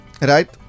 right